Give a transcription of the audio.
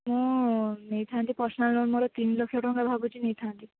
ମୁଁ ନେଇଥାନ୍ତି personal loan ମୋର ତିନି ଲକ୍ଷ ଟଙ୍କା ଭାବୁଛି ନେଇଥାନ୍ତି